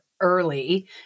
early